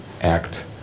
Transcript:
act